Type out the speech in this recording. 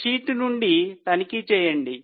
sheet నుండి తనిఖీ చేయండి